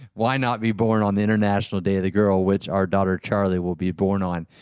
why not be born on the international day of the girl, which our daughter, charlie, will be born on.